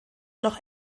noch